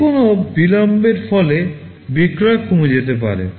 যে কোনও বিলম্বের ফলে বিক্রয় কমে যেতে পারে